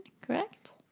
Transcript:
correct